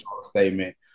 statement